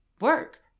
work